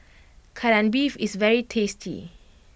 Kai Lan Beef is very tasty